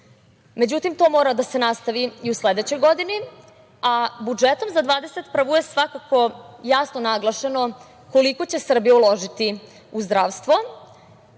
međutim, to mora da se nastavi i u sledećoj godini, a budžetom za 2021. godinu je svakako jasno naglašeno koliko će Srbija uložiti u zdravstvo